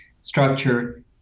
structure